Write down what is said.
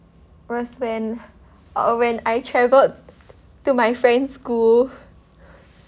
was when uh when I traveled to my friend's school